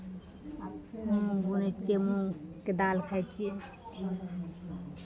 मूंग होइ छै जे मूंगके दालि खाइ छियै मूंग